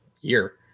year